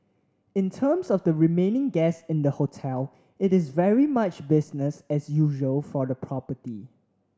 in terms of the remaining guests in the hotel it is very much business as usual for the property